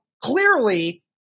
clearly